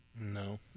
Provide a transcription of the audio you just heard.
No